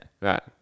Right